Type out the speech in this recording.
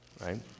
right